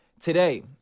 today